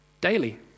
daily